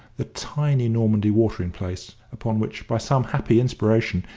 the tiny normandy watering-place upon which, by some happy inspiration,